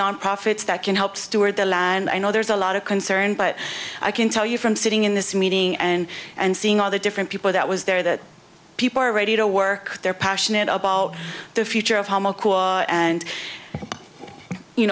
nonprofits that can help steward the law and i know there's a lot of concern but i can tell you from sitting in this meeting and and seeing all the different people that was there that people are ready to work they're passionate about the future of how and you